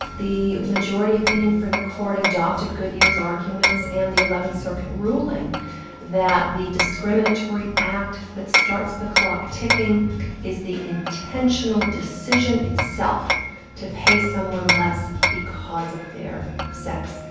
the majority opinion for the court adopted goodyear's arguments and the eleventh circuit ruling that the discriminatory act that starts the clock ticking is the intentional decision itself to pay someone less because of their sex,